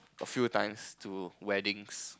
a few times to weddings